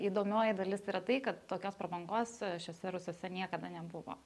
įdomioji dalis yra tai kad tokios prabangos šiuose rūsiuose niekada nebuvo